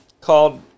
called